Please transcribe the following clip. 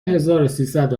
هزاروسیصد